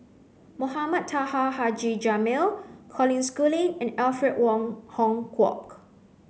Mohamed Taha Haji Jamil Colin Schooling and Alfred Wong Hong Kwok